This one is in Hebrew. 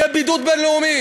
יהיה בידוד בין-לאומי.